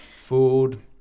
food